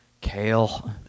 Kale